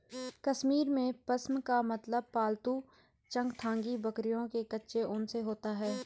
कश्मीर में, पश्म का मतलब पालतू चंगथांगी बकरियों के कच्चे ऊन से होता है